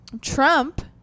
Trump